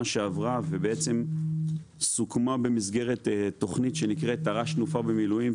שעברה ובעצם סוכמה במסגרת תכנית שנקראת תר"ש תנופה במילואים,